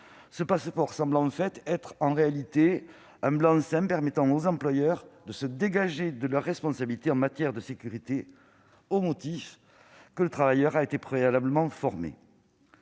Ce passeport semble être un blanc-seing permettant aux employeurs de se dégager de leur responsabilité en matière de sécurité, au motif qu'un travailleur a été préalablement formé.